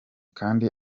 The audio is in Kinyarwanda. kandi